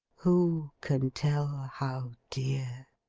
who can tell how dear!